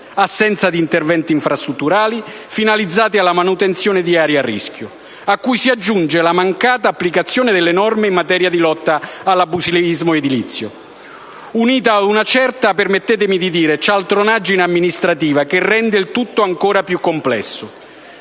assenza di investimenti infrastrutturali finalizzati alla manutenzione delle aree a rischio, a cui si aggiunge la mancata applicazione delle norme in materia di lotta all'abusivismo edilizio. Ciò si unisce ad una certa - permettetemi di dire - cialtronaggine amministrativa che rende il tutto ancora più complesso.